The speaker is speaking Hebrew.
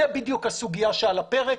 זאת בדיוק הסוגיה שעל הפרק.